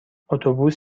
اتوبوس